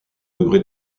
degré